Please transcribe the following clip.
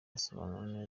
asobanurira